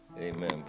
Amen